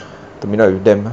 to meet up with them lah